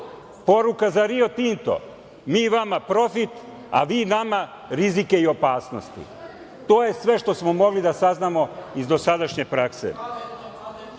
Poruka za Rio Tinto, mi vama profit, a vi nama rizike i opasnosti. To je sve što smo mogli da saznamo iz dosadašnje